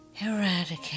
eradicate